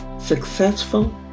successful